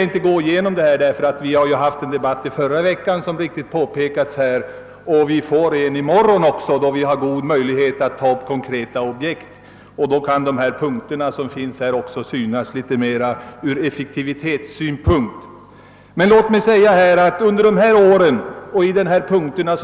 Jag skall emellertid inte nu gå igenom våra problem, eftersom vi, som riktigt påpekats, diskuterat frågan i förra veckan. I morgon kommer vi också att få goda möjligheter att ta upp konkreta objekt och då kan statsministerns punkter också synas litet mera ingående från effektivitetssynpunkt. I svaret framhålles att den lokaliseringspolitiska